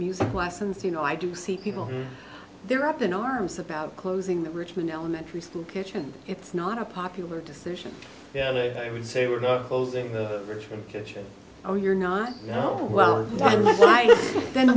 music lessons you know i do see people they're up in arms about closing the richmond elementary school kitchen it's not a popular decision and it would say we're not closing the richmond kitchen oh you're not you know well